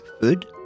food